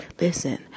Listen